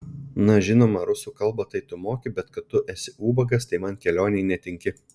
na žinoma rusų kalbą tai tu moki bet kad tu esi ubagas tai man kelionei netinki